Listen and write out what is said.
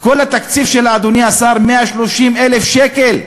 כל התקציב שלו, אדוני השר, הוא 130,000 שקל,